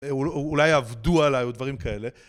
אולי עבדו עליי או דברים כאלה